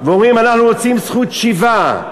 ואומרים: אנחנו רוצים זכות שיבה,